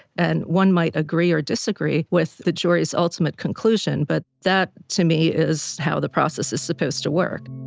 and one might agree or disagree with the jury's ultimate conclusion. but that to me is how the process is supposed to work